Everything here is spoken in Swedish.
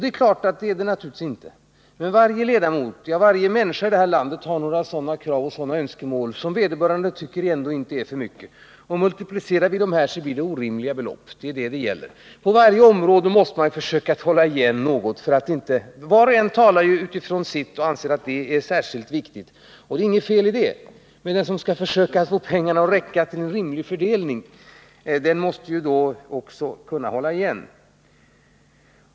Det är naturligtvis inte så stora kostnader, men varje människa i det här landet har väl några krav och önskemål som vederbörande själv tycker att det egentligen inte är för mycket att få uppfyllda. Multiplicerar man dem blir det emellertid orimliga belopp. Det är detta det gäller. På varje område måste man försöka att hålla igen något. Var och en talar utifrån sina önskemål och anser att det är särskilt viktigt att få dem uppfyllda. Det är ju inget feli det, men den som skall försöka få pengarna att räcka till en rimlig fördelning måste kunna hålla igen.